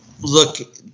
look